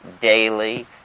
daily